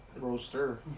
Roaster